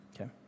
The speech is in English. okay